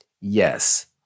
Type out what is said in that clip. Yes